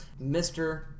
Mr